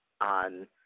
on